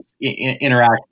interact